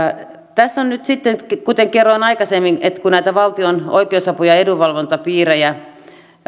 tässä nyt sitten kuten kerroin aikaisemmin näitä valtion oikeusapu ja edunvalvontapiirejä